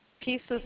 pieces